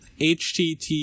HTTP